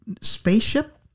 spaceship